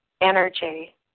energy